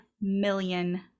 million